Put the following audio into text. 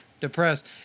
depressed